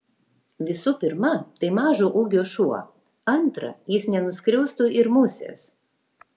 visų pirma tai mažo ūgio šuo antra jis nenuskriaustų ir musės